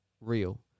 real